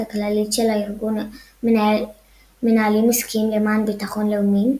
הכללית של הארגון "מנהלים עסקיים למען ביטחון לאומי".